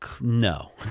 No